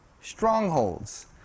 strongholds